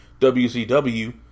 WCW